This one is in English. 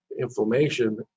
inflammation